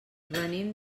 venim